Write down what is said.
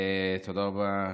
תודה רבה.